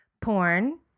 porn